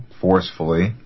forcefully